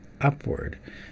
upward